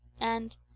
and—